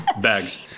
bags